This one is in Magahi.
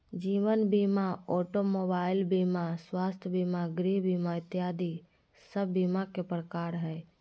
जीवन बीमा, ऑटो मोबाइल बीमा, स्वास्थ्य बीमा, गृह बीमा इत्यादि सब बीमा के प्रकार हय